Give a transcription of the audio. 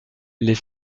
les